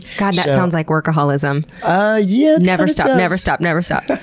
god, that sounds like workaholism. ah yeah never stop never stop never stop. and